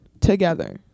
together